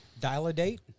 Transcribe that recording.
dial-a-date